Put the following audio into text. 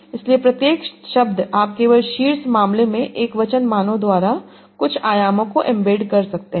इसलिए प्रत्येक शब्द आप केवल शीर्ष मामले के एकवचन मानों द्वारा कुछ आयामों को एम्बेड कर सकते हैं